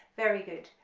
very good.